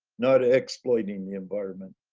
not exploiting the environment.